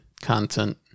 content